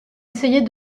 essayer